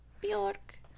bjork